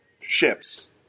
ships